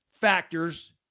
factors